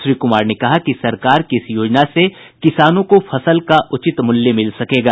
श्री कुमार ने कहा कि सरकार की इस योजना से किसानों को फसल का उचित मूल्य मिल सकेगा